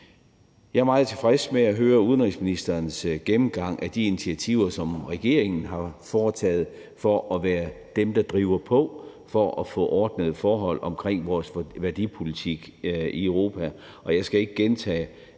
Jeg er meget tilfreds med at høre udenrigsministerens gennemgang af de initiativer, som regeringen har foretaget for at være dem, der driver på for at få ordnede forhold omkring vores værdipolitik i Europa,